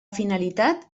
finalitat